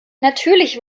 natürlich